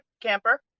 camper